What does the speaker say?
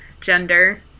gender